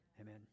amen